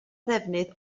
ddefnydd